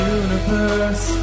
universe